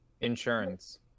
Insurance